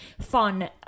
fun